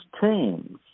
teams